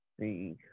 see